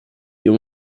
you